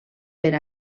per